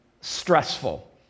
stressful